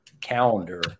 calendar